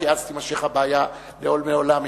כי אז תימשך הבעיה לעולמי עולם.